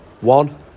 one